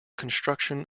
construction